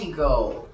gold